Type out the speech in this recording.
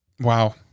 Wow